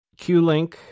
QLink